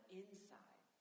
inside